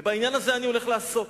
ובעניין הזה אני הולך לעסוק,